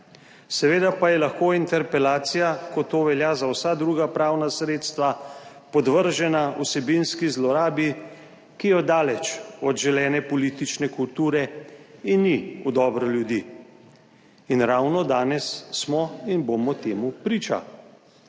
seveda pa je lahko interpelacija, kot to velja za vsa druga pravna sredstva, podvržena vsebinski zlorabi, ki je daleč od želene politične kulture in ni v dobro ljudi. In ravno danes smo in bomo temu priča.